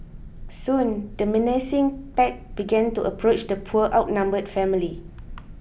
soon the menacing pack began to approach the poor outnumbered family